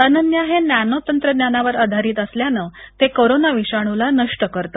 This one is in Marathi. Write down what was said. अनन्या हे नॅनो तंत्रज्ञानावर आधारित असल्याने ते कोरोना विषाणूला नष्ट करत